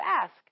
ask